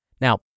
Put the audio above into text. Now